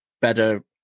better